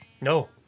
No